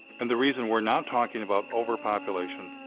and the reason we're not talking about over-population,